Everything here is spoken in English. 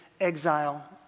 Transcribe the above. exile